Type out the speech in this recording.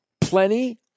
plenty